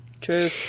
True